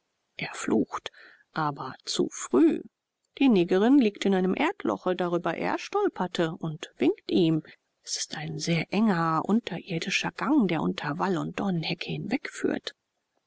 er flucht aber zu früh die negerin liegt in einem erdloche darüber er stolperte und winkt ihm es ist ein sehr enger unterirdischer gang der unter wall und